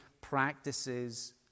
practices